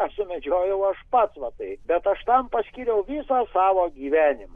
aš sumedžiojau aš pats va tai bet aš tam paskyriau visą savo gyvenimą